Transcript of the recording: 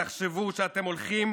תחשבו שאתם הולכים